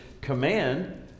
command